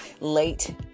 late